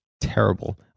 terrible